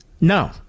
No